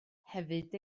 hefyd